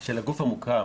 של הגוף המוכר,